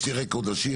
יש לי רקורד עשיר,